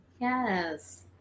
yes